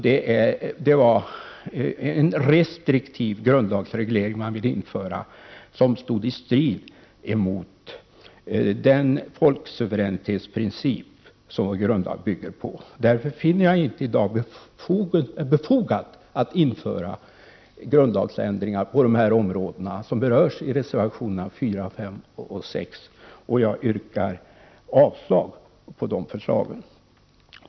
Det var en restriktiv grundlagsreglering man ville införa, som stod i strid med den folksuveränitetsprincip som vår grundlag bygger på. Därför finner jag det inte befogat att i dag införa grundlagsändringar på de områden som berörs i reservationerna 4, 5 och 6, och jag yrkar avslag på dessa reservationer.